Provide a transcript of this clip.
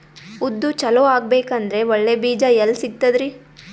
ಉದ್ದು ಚಲೋ ಆಗಬೇಕಂದ್ರೆ ಒಳ್ಳೆ ಬೀಜ ಎಲ್ ಸಿಗತದರೀ?